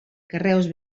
carreus